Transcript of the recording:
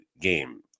game